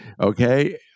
okay